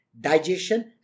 digestion